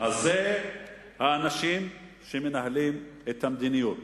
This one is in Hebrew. זה האנשים שמנהלים את המדיניות.